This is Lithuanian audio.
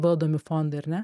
valdomi fondai ar ne